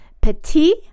Petit